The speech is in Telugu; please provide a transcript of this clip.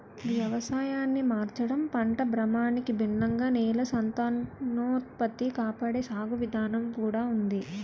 వ్యవసాయాన్ని మార్చడం, పంట భ్రమణానికి భిన్నంగా నేల సంతానోత్పత్తి కాపాడే సాగు విధానం కూడా ఉంది